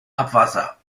abwasser